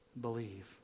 Believe